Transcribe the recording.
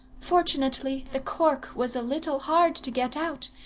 fortunately the cork was a little hard to get out,